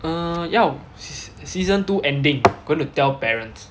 err 要 season two ending going to tell parents